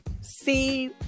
see